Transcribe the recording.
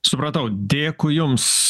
supratau dėkui jums